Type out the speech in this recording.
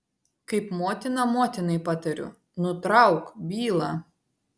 kaip motina motinai patariu nutrauk bylą